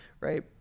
right